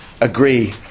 agree